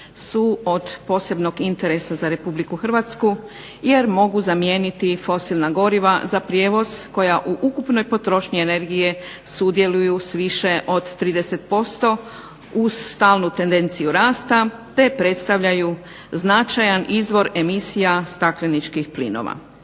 su od posebnog interesa za RH jer mogu zamijeniti fosilna goriva za prijevoz koja u ukupnoj potrošnji energije sudjeluju s više od 30% uz stalnu tendenciju rasta te predstavljaju značajan izvor emisija stakleničkih plinova.